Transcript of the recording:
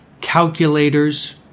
Calculators